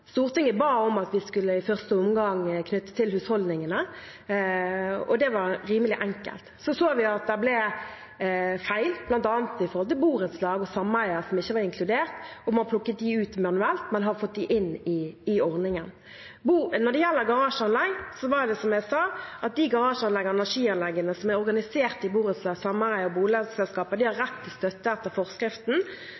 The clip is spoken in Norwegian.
Stortinget ba om at vi i første omgang skulle knytte det til husholdningene, og det var rimelig enkelt. Så så vi at det ble feil, bl.a. overfor borettslag og sameier, som ikke var inkludert, og man plukket ut dem manuelt. Man har fått dem inn i ordningen. Når det gjelder garasjeanlegg, er det, som jeg sa, slik at de garasjeanleggene og energianleggene som er organisert i borettslag, sameier og boligaksjeselskaper, har rett til støtte etter forskriften, og det gjelder ikke de